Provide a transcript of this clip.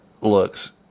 looks